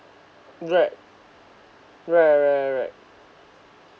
right right right right